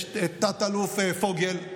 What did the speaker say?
יש את תת-אלוף פוגל,